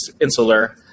insular